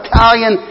Italian